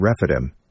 Rephidim